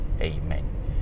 Amen